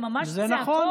זה ממש צעקות.